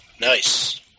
Nice